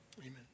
Amen